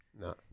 no